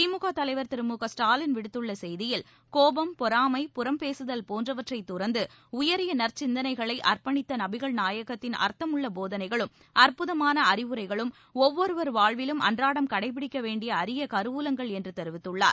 திமுக தலைவர் திரு மு க ஸ்டாலின் விடுத்துள்ள செய்தியில் கோபம் பொறாமை புறம் பேசுதல் போன்றவற்றை தறந்து உயரிய நற்சிந்தனைகளை அர்ப்பணித்த நபிகள் நாயகத்தின் அர்த்தமுள்ள போதனைகளும் அற்புதமான அறிவுரைகளும் ஒவ்வொருவா் வாழ்விலும் அன்றாடம் கடைபிடிக்க வேண்டிய அரிய கருவூலங்கள் என்று தெரிவித்துள்ளார்